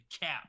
cap